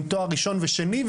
עם תואר ראשון ושני,